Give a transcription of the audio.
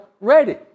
ready